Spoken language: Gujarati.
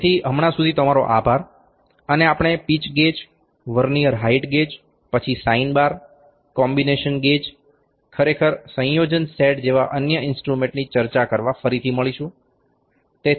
તેથી હમણાં સુધી તમારો આભાર અને આપણે pitch gauge vernier height gauge પછી સાઈન બાર કોમ્બીનેશન ગેજ ખરેખર સંયોજન સેટ જેવા અન્ય ઇન્સ્ટ્રુમેન્ટ્સની ચર્ચા કરવા ફરીથી મળીશું